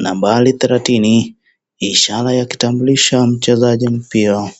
nambari thelathini. Ishara ya kutambulisha mchezaji mpya.